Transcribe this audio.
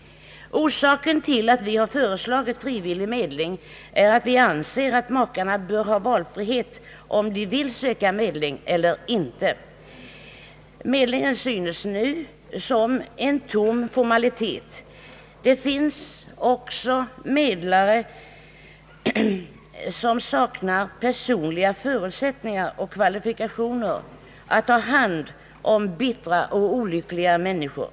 Orsaken till att vi föreslagit frivillig medling är att vi anser att makarna bör ha valfrihet att söka medling eller inte. Medlingen framstår nu som en tom formalitet. Det finns också medlare som saknar personliga förutsättningar och kvalifikationer att ha hand om bittra och olyckliga människor.